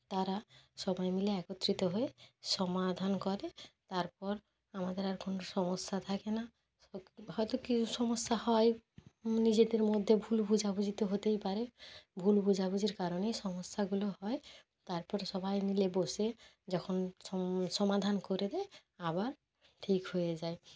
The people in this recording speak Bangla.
তারা সবাই মিলে একত্রিত হয়ে সমাধান করে তারপর আমাদের আর কোনো সমস্যা থাকে না হয়তো কিছু সমস্যা হয় নিজেদের মধ্যে ভুল বোঝাবুঝি তো হতেই পারে ভুল বোঝাবুঝির কারণেই সমস্যাগুলো হয় তারপরে সবাই মিলে বসে যখন সমাধান করে দেয় আবার ঠিক হয়ে যায়